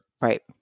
Right